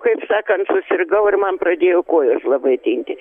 kaip sakant susirgau ir man pradėjo kojos labai tinti